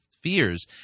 fears